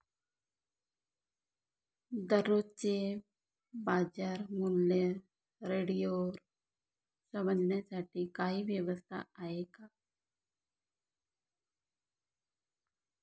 दररोजचे बाजारमूल्य रेडिओवर समजण्यासाठी काही व्यवस्था आहे का?